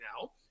now